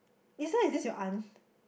inside is this your aunt